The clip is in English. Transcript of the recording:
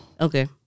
Okay